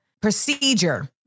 procedure